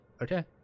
Okay